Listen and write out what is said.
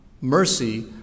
mercy